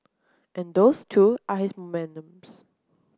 and those too are his monuments